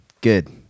good